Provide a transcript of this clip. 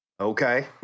Okay